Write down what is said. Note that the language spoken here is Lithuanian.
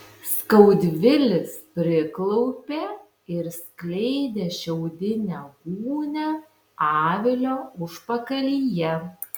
skaudvilis priklaupė ir skleidė šiaudinę gūnią avilio užpakalyje